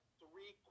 three